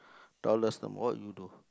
dollars tomorrow what would you do